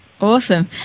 Awesome